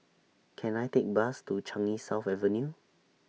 Can I Take A Bus to Changi South Avenue